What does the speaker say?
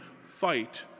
fight